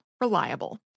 reliable